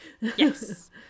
Yes